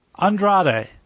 Andrade